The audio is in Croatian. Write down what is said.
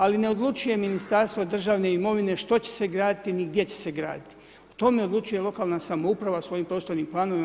Ali ne odlučuje Ministarstvo državne imovine što će se graditi ni gdje će se graditi, o tome odlučuje lokalna samouprava svojim prostornim planovima.